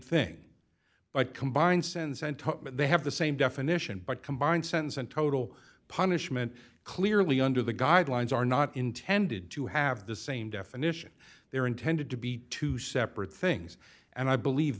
thing but combined sense and they have the same definition but combined sentence and total punishment clearly under the guidelines are not intended to have the same definition they're intended to be two separate things and i believe